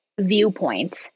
viewpoint